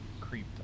creeped